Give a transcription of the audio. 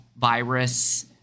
virus